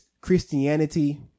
Christianity